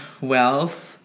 wealth